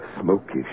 smoky